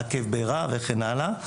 מעכב בעירה, וכן הלאה.